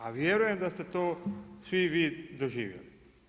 A vjerujem da ste to svi vi doživjeli.